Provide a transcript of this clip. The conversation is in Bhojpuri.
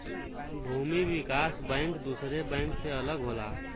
भूमि विकास बैंक दुसरे बैंक से अलग होला